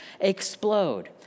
explode